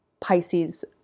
Pisces